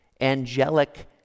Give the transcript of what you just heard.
angelic